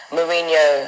Mourinho